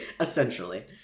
Essentially